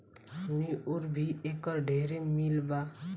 हमनी ओर भी एकर ढेरे मील बा